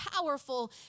powerful